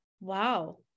wow